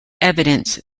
evidence